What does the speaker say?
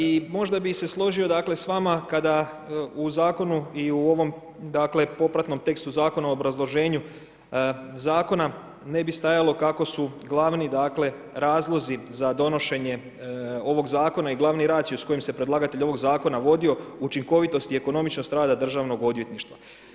I možda bi se složio sa vama kada u zakonu i u ovom dakle, popratnom tekstu zakon u obrazloženju zakona ne bi stajalo kako su glavni razlozi za donošenje ovog zakona i glavni racius kojim se predlagatelj ovog zakona vodio, učinkovitost i ekonomičnost rada državnog odvjetništva.